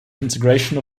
integration